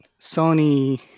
Sony